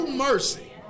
Mercy